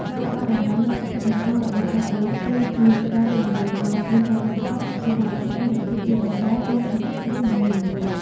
ការផ្តល់តម្លៃលើសុភមង្គលរបស់បុគ្គលិក គឺជាការវិនិយោគដ៏ឈ្លាសវៃបំផុតសម្រាប់ស្ថិរភាពយូរអង្វែងនៃសហគ្រាសនីមួយៗ។